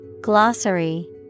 Glossary